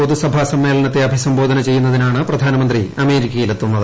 പൊതുസഭാ സമ്മേളനത്തെ അഭിസംബോധന ചെയ്യുന്നതിനാണ് പ്രധാനമന്ത്രി അമേരിക്കയിലെത്തുന്നത്